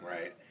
right